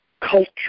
culture